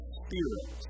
spirit